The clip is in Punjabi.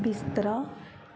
ਬਿਸਤਰਾ